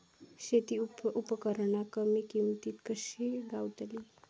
शेती उपकरणा कमी किमतीत कशी गावतली?